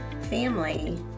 family